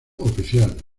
oficial